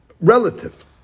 relative